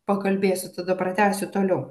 pakalbėsiu tada pratęsiu toliau